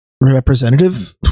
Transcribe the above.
representative